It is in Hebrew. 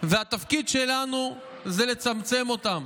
והתפקיד שלנו הוא לצמצם אותם.